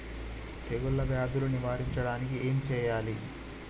తెగుళ్ళ వ్యాధులు నివారించడానికి ఏం చేయాలి?